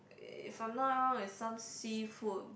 if I'm not wrong is some seafood